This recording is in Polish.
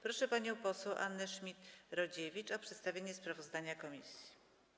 Proszę panią poseł Annę Schmidt-Rodziewicz o przedstawienie sprawozdania komisji.